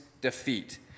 defeat